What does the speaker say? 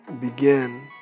begin